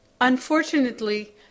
Unfortunately